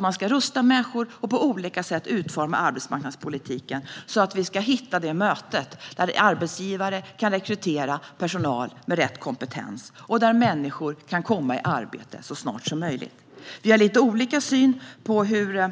Man ska rusta människor och på olika sätt utforma arbetsmarknadspolitiken så att vi hittar det möte där arbetsgivare kan rekrytera personal med rätt kompetens och där människor kan komma i arbete så snart som möjligt. Vi har lite olika syn på hur